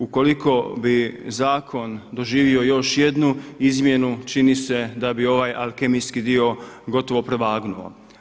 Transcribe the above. Ukoliko bi zakon doživio još jednu izmjenu, čini se da bi ovaj alkemijski dio gotovo prevagnuo.